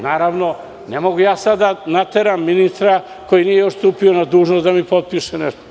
Naravno, ne mogu da nateram ministra, koji nije stupio na dužnost, da mi potpiše nešto.